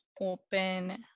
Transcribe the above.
open